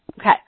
Okay